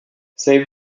save